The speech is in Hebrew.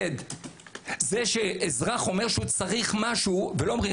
זה שאזרח אומר שהוא צריך משהו ולא אומרים,